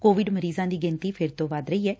Covid ਮਰੀਜ਼ਾਂ ਦੀ ਗਿਣਤੀ ਫਿਰ ਤੋਂ ਵੱਧ ਰਹੀ ਐ